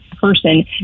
person